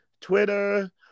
twitter